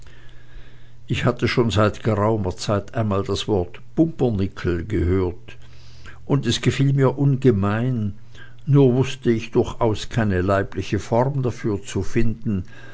ich hatte schon seit geraumer zeit einmal das wort pumpernickel gehört und es gefiel mir ungemein nur wußte ich durchaus keine leibliche form dafür zu finden